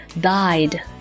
died